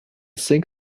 sync